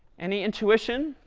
any intuition?